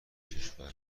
کشورا